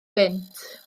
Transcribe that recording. gynt